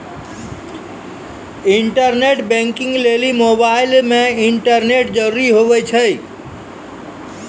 internet banking लेली mobile मे internet जरूरी हुवै छै